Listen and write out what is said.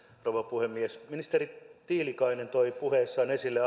rouva puhemies ministeri tiilikainen toi puheessaan esille